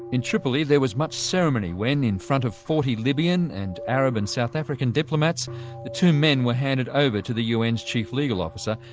in tripoli there was much ceremony when in front of forty libyan and arab and south african diplomats, the two men were handed over to the un's chief legal officer,